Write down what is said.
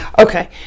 okay